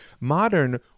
modern